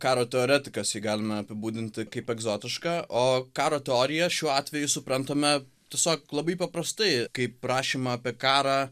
karo teoretikas jį galime apibūdinti kaip egzotišką o karo teoriją šiuo atveju suprantame tiesiog labai paprastai kaip prašymą apie karą